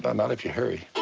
but not if you hurry.